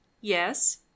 Yes